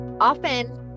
Often